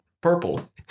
purple